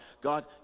God